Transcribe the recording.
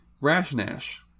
rash-nash